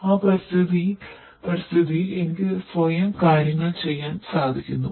ആ പരിസ്ഥിതിയിൽ എനിക്ക് സ്വയം കാര്യങ്ങൾ ചെയ്യാൻ സാധിക്കുന്നു